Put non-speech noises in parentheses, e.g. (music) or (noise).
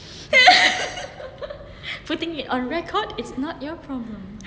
(breath) (laughs) putting it on record is not your problem